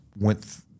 Went